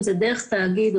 אם זה דרך תאגיד,